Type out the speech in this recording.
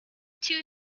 two